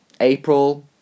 April